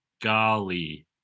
Golly